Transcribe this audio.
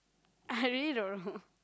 I really don't know